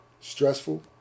stressful